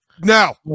Now